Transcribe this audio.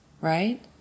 right